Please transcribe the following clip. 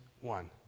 one